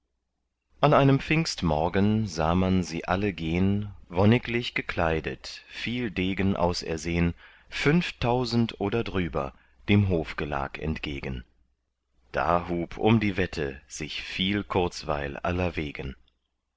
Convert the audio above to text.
an einem pfingstmorgen sah man sie alle gehn wonniglich gekleidet viel degen ausersehn fünftausend oder drüber dem hofgelag entgegen da hub um die wette sich viel kurzweil allerwegen